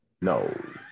No